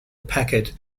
packet